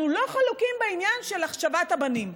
אנחנו לא חלוקים בעניין של השבת הבנים.